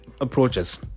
approaches